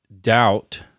doubt